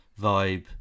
vibe